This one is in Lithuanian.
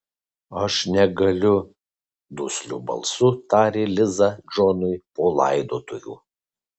aš negaliu dusliu balsu tarė liza džonui po laidotuvių